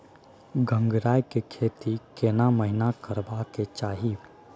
गंगराय के खेती केना महिना करबा के चाही?